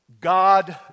God